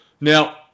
Now